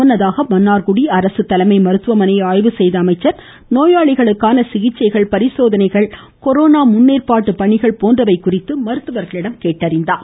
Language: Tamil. முன்னதாக மன்னார்குடி அரசு தலைமை மருத்துவமனையை ஆய்வு செய்த அமைச்சர் நோயாளிகளுக்கான சிகிச்சைகள் பரிசோதனைகள் கொரோனா முன்னேற்பாடு போன்றவை குறித்து மருத்துவர்களிடம் கேட்டறிந்தார்